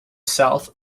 south